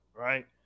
right